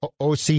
OC